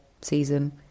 season